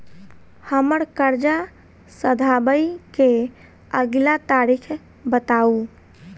हम्मर कर्जा सधाबई केँ अगिला तारीख बताऊ?